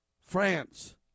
France